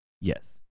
Yes